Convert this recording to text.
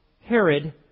Herod